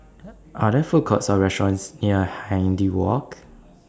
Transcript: Are There Food Courts Or restaurants near Hindhede Walk